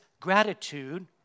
Gratitude